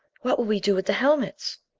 what will we do with the helmets?